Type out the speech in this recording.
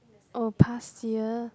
oh past year